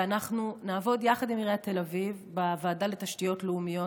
ואנחנו נעבוד יחד עם עיריית תל אביב בוועדה לתשתיות לאומיות,